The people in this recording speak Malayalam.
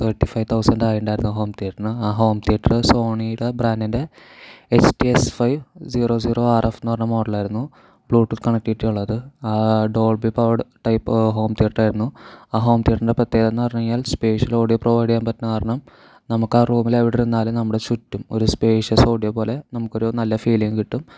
തേർട്ടി ഫൈവ് തൗസൻ്റ് ആയിട്ടുണ്ടായിരുന്നു ഹോം തീയറ്ററിന് ആ ഹോം തീയറ്ററ് സോണിയുടെ ബ്രാൻ്റിൻ്റെ S T S five zero zero R F എന്നു പറഞ്ഞ മോഡലായിരുന്നു ബ്ലൂടൂത്ത് കണക്റ്റിവിറ്റി ഉള്ളത് ആ ഡോൾബി പവേർഡ് ടൈപ്പ് ഹോം തീയറ്ററായിരുന്നു ആ ഹോം തീയറ്ററിൻ്റെ പ്രത്യേകതയെന്ന് പറഞ്ഞു കഴിഞ്ഞാൽ സ്പേഷ്യൽ ഓഡിയോ പ്രൊവൈഡ് ചെയ്യാൻ പറ്റണ കാരണം നമുക്ക് ആ റൂമിൽ എവിടെയിരുന്നാലും നമ്മുടെ ചുറ്റും ഒരു സ്പേഷ്യസ് ഓഡിയോ പോലെ നമുക്ക് ഒരു നല്ല ഫീലിങ്ങ് കിട്ടും